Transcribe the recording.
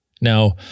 Now